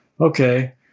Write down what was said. okay